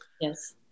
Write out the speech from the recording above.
Yes